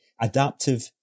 adaptive